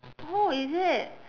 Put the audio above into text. oh is it